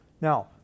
Now